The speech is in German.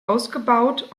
ausgebaut